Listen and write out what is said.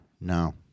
no